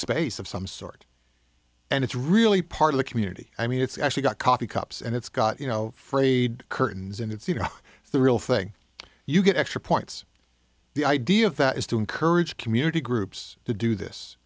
space of some sort and it's really part of the community i mean it's actually got coffee cups and it's got you know frayed curtains and it's you know the real thing you get extra points the idea of that is to encourage community groups to do this